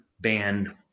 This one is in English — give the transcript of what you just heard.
band